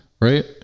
right